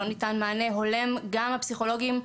לא ניתן מענה הולם גם מהפסיכולוגים,